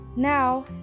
Now